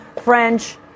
French